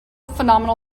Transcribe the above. phenomenal